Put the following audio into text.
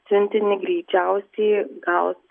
siuntinį greičiausiai gaus